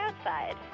outside